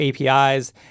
APIs